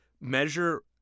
measure